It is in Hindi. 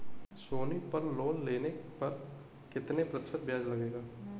सोनी पल लोन लेने पर कितने प्रतिशत ब्याज लगेगा?